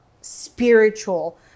spiritual